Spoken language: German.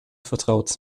vertraut